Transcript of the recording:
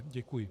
Děkuji.